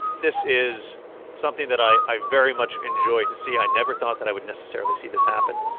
this is something that i i very much enjoy to see. i never thought that i would necessarily see this happen,